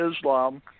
Islam